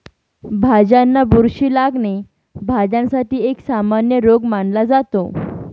भाज्यांना बुरशी लागणे, भाज्यांसाठी एक सामान्य रोग मानला जातो